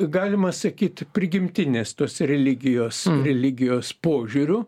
galima sakyti prigimtinės tos religijos religijos požiūriu